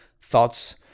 thoughts